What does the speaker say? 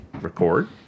record